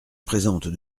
présente